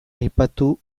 aipatu